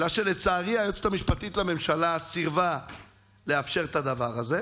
אלא שלצערי היועצת המשפטית לממשלה סירבה לאפשר את הדבר הזה.